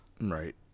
Right